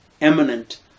eminent